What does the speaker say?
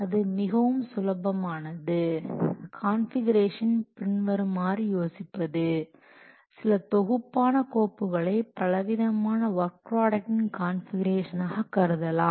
அது மிகவும் சுலபமானது கான்ஃபிகுரேஷனை பின்வருமாறு யோசிப்பது சில தொகுப்பான கோப்புகளை பலவிதமான ஒர்க் ப்ராடக்டின் கான்ஃபிகுரேஷன் ஆக கருதலாம்